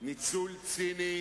ניצול ציני